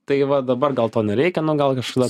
tai va dabar gal to nereikia nu gal kažkada